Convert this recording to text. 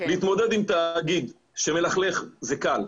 להתמודד עם תאגיד שמלכלך זה קל,